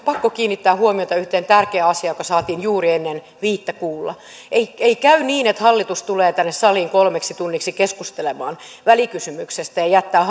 pakko kiinnittää huomiota yhteen tärkeään asiaan joka saatiin juuri ennen viittä kuulla ei ei käy että hallitus tulee tänne saliin kolmeksi tunniksi keskustelemaan välikysymyksestä ja jättää